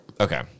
Okay